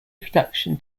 production